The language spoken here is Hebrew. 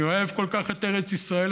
אני אוהב כל כך את ארץ ישראל,